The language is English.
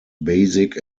basic